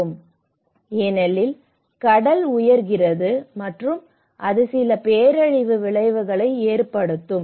இது பாதிக்கும் ஏனெனில் கடல் உயர்கிறது மற்றும் அது சில பேரழிவு விளைவுகளை ஏற்படுத்தும்